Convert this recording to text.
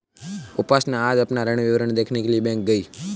उपासना आज अपना ऋण विवरण देखने के लिए बैंक गई